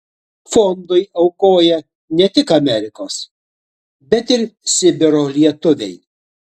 fondui aukoja ne tik amerikos bet ir sibiro lietuviai